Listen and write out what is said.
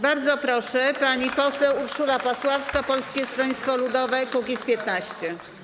Bardzo proszę, pani poseł Urszula Pasławska, Polskie Stronnictwo Ludowe - Kukiz15.